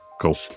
cool